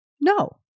no